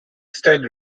style